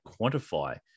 quantify